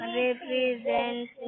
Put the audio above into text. represent